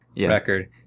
record